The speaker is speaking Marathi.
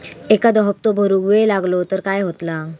एखादो हप्तो भरुक वेळ लागलो तर काय होतला?